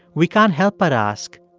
we can't help but ask,